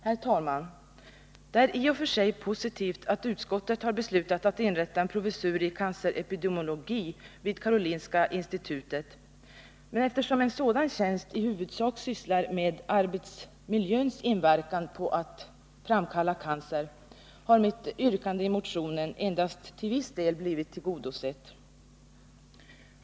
Herr talman! Det är i och för sig positivt att utskottet har hemställt om inrättandet av en professur i cancerepidemiologi vid Karolinska institutet, men eftersom en sådan tjänst i huvudsak gäller arbetsmiljöns inverkan vid cancer har mitt yrkande i motionen endast till viss del blivit tillgodosett.